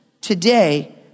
today